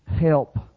help